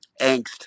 angst